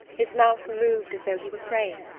his mouth moved as though he were praying.